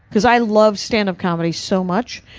cause i love standup comedy so much,